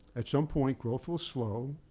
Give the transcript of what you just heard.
at some point, growth will slow,